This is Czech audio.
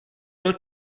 byl